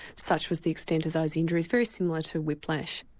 such was the extent of those injuries, very similar to whiplash.